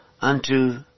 unto